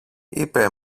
είπε